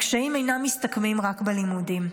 הקשיים אינם מסתכמים רק בלימודים.